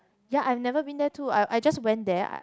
ya I never been there to I I went there I